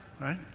right